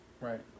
Right